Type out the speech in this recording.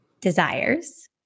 desires